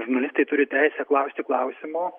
žurnalistai turi teisę klausti klausimų